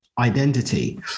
identity